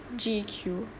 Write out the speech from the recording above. G_Q